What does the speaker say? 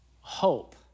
hope